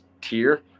tier